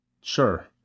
Sure